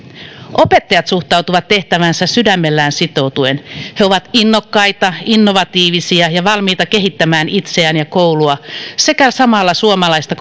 opettajat suhtautuvat tehtäväänsä sydämellään sitoutuen he ovat innokkaita innovatiivisia ja valmiita kehittämään itseään ja koulua sekä samalla suomalaista